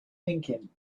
thinking